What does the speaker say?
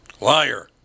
Liar